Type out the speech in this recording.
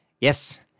Yes